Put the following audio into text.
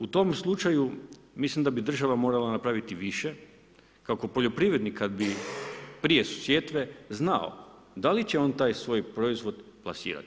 U tom slučaju, mislim da bi država morala napraviti više, kako poljoprivrednik kad bi prije sjetve znao da li će on taj svoj proizvod plasirati.